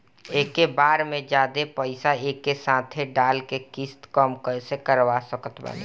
एके बार मे जादे पईसा एके साथे डाल के किश्त कम कैसे करवा सकत बानी?